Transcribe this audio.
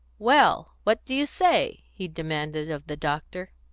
well, what do you say? he demanded of the doctor.